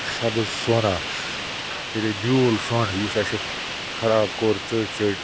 سبٕز سۄنا یعنی نیوٗل سۄن یُس اَسہِ خراب کوٚر ژٔٹۍ ژٔٹۍ